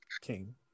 King